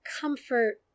comfort